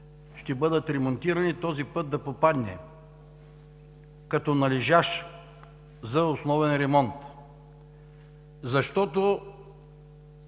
ще бъдат ремонтирани, този път да попадне като належащ за основен ремонт. Защото